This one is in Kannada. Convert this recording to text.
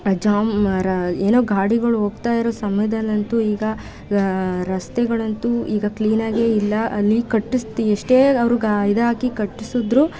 ಜಾಮ್ ರ ಏನೋ ಗಾಡಿಗಳು ಹೋಗ್ತಾಯಿರೋ ಸಮಯದಲ್ಲಂತೂ ಈಗ ರಸ್ತೆಗಳಂತೂ ಈಗ ಕ್ಲೀನಾಗಿಯೇ ಇಲ್ಲ ಅಲ್ಲಿ ಕಟ್ಟಿಸ್ತಿ ಎಷ್ಟೇ ಅವರು ಗ ಇದಾಕಿ ಕಟ್ಟಿಸಿದ್ರೂ